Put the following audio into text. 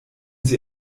sie